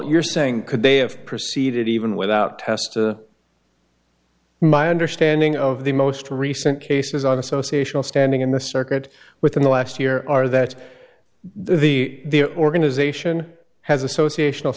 you're saying could they have proceeded even without test to my understanding of the most recent cases on association standing in the circuit within the last year are that the organization has association of